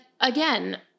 again